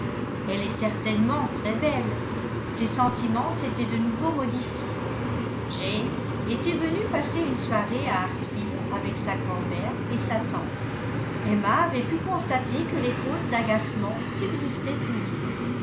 elle est certainement très belle ses sentiments s'étaient de nouveau modifiés jane était venue passer une soirée à hartfield avec sa grand-mère et sa tante emma avait pu constater que les causes d'agacement subsistaient toujours